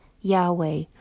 Yahweh